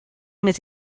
més